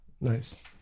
Nice